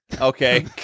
Okay